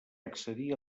accedir